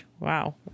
Wow